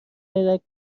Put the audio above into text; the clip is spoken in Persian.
عینک